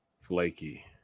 Flaky